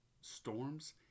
storms